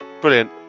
Brilliant